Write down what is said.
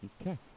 Okay